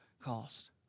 cost